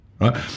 Right